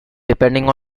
depending